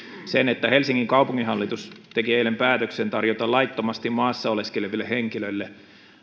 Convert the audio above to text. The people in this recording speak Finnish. sen että helsingin kaupunginhallitus teki eilen päätöksen tarjota laittomasti maassa oleskeleville henkilöille